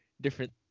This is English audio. different